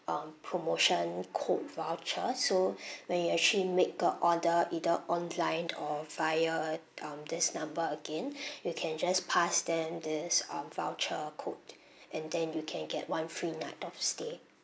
um promotion code voucher so when you actually make a order either online or via um this number again you can just pass them this um voucher code and then you can get one free night of stay